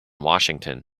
washington